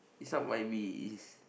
is not might be is